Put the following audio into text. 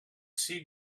sea